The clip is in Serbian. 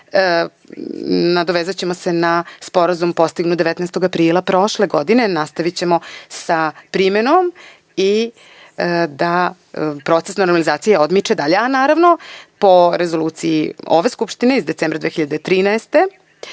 Nadovezaćemo se na sporazum postignut 19. aprila prošle godine. Nastavićemo sa primenom i da proces normalizacije odmiče dalje. Naravno, po Rezoluciji ove skupštine, iz decembra 2013.